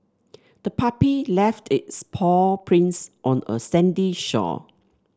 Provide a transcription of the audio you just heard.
the puppy left its paw prints on a sandy shore